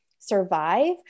survive